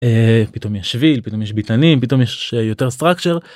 פתאום יש שביל, פתאום יש ביתנים, פתאום יש יותר structure.